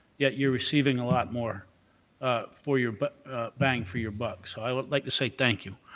yet you're receiving a lot more ah for your but bang for your buck, so i would like to say thank you.